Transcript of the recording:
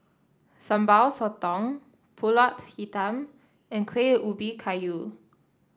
Sambal Sotong pulut Hitam and Kuih Ubi Kayu